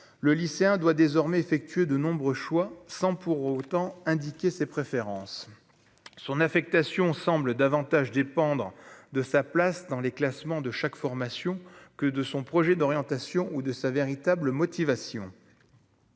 le lycéen doit désormais effectuer de nombreux choix sans pour autant indiquer ses préférences, son affectation semble davantage dépendre de sa place dans les classements de chaque formation que de son projet d'orientation ou de sa véritable motivation